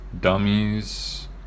Dummies